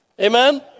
Amen